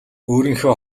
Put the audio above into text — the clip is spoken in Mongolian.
өөрийнхөө